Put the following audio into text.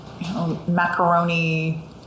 macaroni